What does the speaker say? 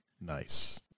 Nice